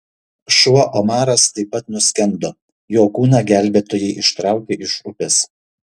šuo omaras taip pat nuskendo jo kūną gelbėtojai ištraukė iš upės